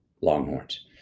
Longhorns